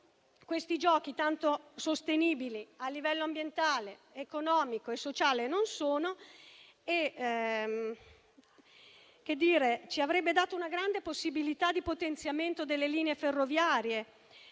non sono tanto sostenibili a livello ambientale, economico e sociale. Queste Olimpiadi ci avrebbero dato una grande possibilità di potenziamento delle linee ferroviarie